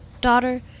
daughter